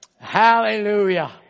Hallelujah